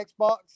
Xbox